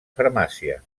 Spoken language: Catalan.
farmàcia